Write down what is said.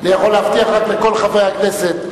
אני יכול רק להבטיח לכל חברי הכנסת,